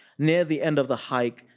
near the end of the hike,